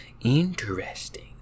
Interesting